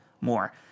more